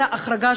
אני מבקשת דקה.